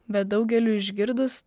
bet daugeliui išgirdus